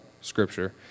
Scripture